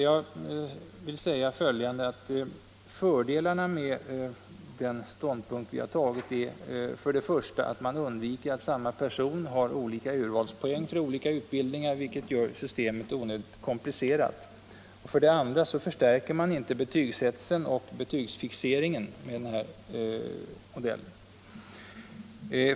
Jag vill säga följande: Fördelarna med den ståndpunkt vi har intagit är för det första att man undviker att samma person har olika urvalspoäng för olika utbildningar, vilket skulle göra systemet onödigt komplicerat. För det andra förstärker man inte betygshetsen och betygsfixeringen med den här modellen.